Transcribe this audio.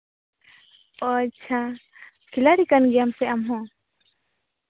ᱚ ᱟᱪᱪᱷᱟ ᱠᱷᱤᱞᱟᱲᱤ ᱠᱟᱱ ᱜᱮᱭᱟᱢ ᱥᱮ ᱟᱢᱦᱚᱸ